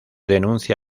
denuncia